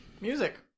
Music